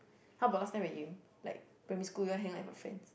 how about last time when you like primary school you got hang out with your friends